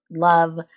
love